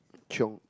chiong